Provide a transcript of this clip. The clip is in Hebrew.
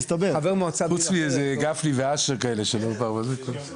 חוץ מאיזה גפני ואשר כאלה שלא באו.